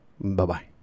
bye-bye